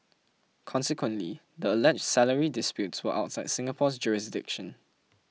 consequently the alleged salary disputes were outside Singapore's jurisdiction